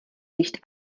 nicht